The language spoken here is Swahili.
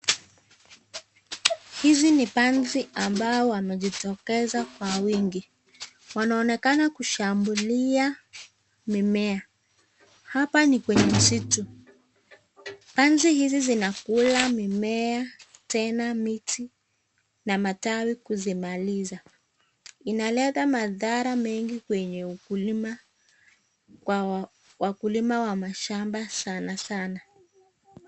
Hizi ni panzi ambao wamejitokeza Kwa wingi, wanaonekana kushambulia mimea. Hapa Ni kwenye msitu, panzi hizi zinakula mimea tena miti Na matawi kuzimaliza. Inaleta madhara mengi kwenye ukulima kwa wakulima wenye mashamba sana sana.